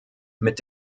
mit